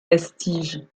vestiges